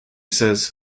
says